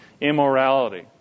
immorality